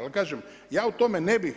Ali kažem ja o tome ne bih